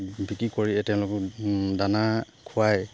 বিক্ৰী কৰি তেওঁলোকক দানা খুৱাই